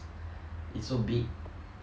it's so big